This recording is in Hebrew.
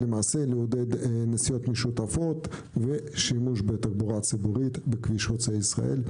למעשה לעודד נסיעות משותפות ושימוש בתחבורה ציבורית בכביש חוצה ישראל.